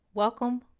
Welcome